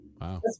Wow